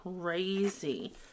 crazy